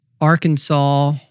Arkansas